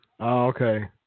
Okay